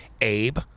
Abe